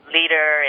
leader